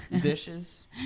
dishes